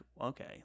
okay